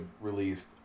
released